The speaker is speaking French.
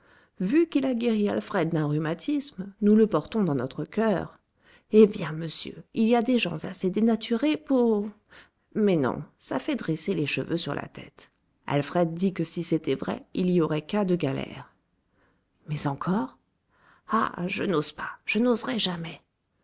vu qu'il a guéri alfred d'un rhumatisme nous le portons dans notre coeur eh bien monsieur il y a des gens assez dénaturés pour mais non ça fait dresser les cheveux sur la tête alfred dit que si c'était vrai il y aurait cas de galères mais encore ah je n'ose pas je n'oserai jamais